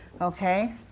okay